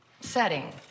setting